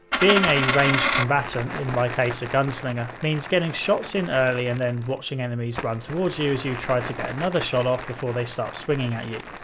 being a ranged combatant, in my case a gunslinger, means getting shots in early and then watching enemies run towards you as you try to get another shot off before they start swinging at you,